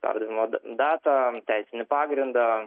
perdavimo datą teisinį pagrindą